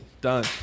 Done